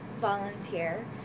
volunteer